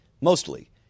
Mostly